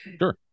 Sure